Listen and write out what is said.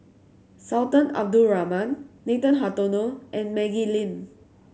Sultan Abdul Rahman Nathan Hartono and Maggie Lim